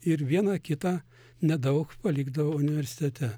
ir vieną kitą nedaug palikdavo universitete